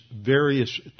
various